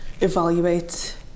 evaluate